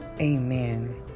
amen